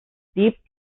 steep